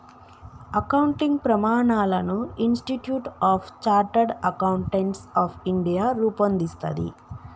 accounting ప్రమాణాలను institute of chartered accountants of India రూపొందిస్తది